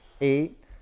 eight